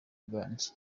bwanjye